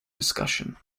discussion